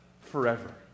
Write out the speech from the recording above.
forever